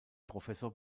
professor